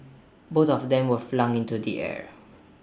both of them were flung into the air